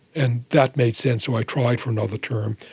and that made sense, so i tried for another term.